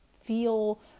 feel